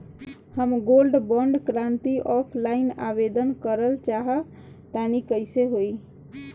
हम gold bond करंति offline आवेदन करल चाह तनि कइसे होई?